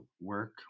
work